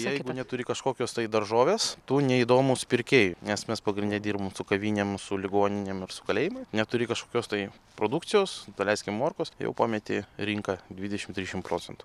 jeigu neturi kažkokios tai daržovės tu neįdomus pirkėjui nes mes pagrinde dirbam su kavinėm su ligoninėm ir su kalėjimais neturi kažkokios tai produkcijos daleiskim morkos jau pameti rinką dvidešim trisdešim procentų